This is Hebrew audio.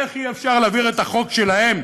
איך אי-אפשר להעביר את החוק שלהם,